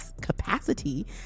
capacity